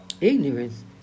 Ignorance